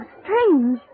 strange